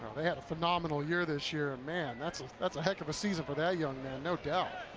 they had a phenomenal year this year, ah man, that's that's a heck of a season for that young man. no doubt.